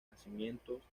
nacimientos